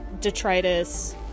Detritus